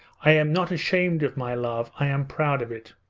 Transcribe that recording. i am not ashamed of my love, i am proud of it.